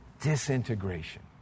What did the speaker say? disintegration